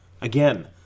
Again